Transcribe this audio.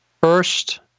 first